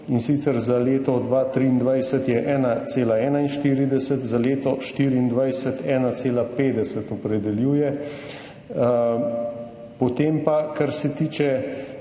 in sicer za leto 2023 je 1,41, za leto 2024 opredeljuje 1,50. Potem pa, kar se tiče